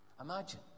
Imagine